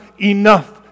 enough